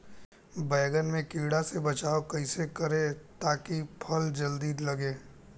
बैंगन के कीड़ा से बचाव कैसे करे ता की फल जल्दी लगे?